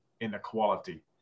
inequality